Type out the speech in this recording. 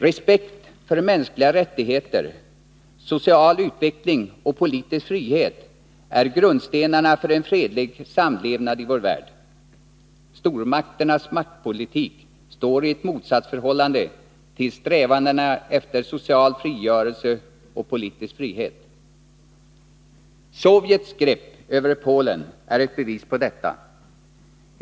Respekt för mänskliga rättigheter, social utveckling och politisk frihet är grundstenarna för en fredlig samlevnad i vår värld. Stormakternas maktpolitik står i ett motsatsförhållande till strävandena efter social frigörelse och politisk frihet. Sovjets grepp över Polen är ett bevis på detta.